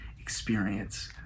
experience